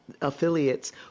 Affiliates